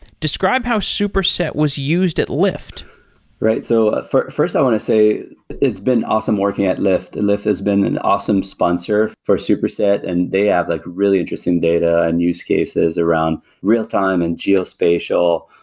describe how superset was used at lyft right. so ah first, i want to say it's been awesome working at lyft. and lyft has been an awesome sponsor for superset and they have like really interesting data and use cases around real-time and geospatial.